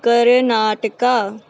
Karnataka